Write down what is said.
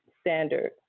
standard